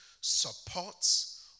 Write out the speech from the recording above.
supports